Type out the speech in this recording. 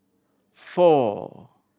four